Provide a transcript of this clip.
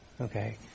Okay